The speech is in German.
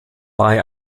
bei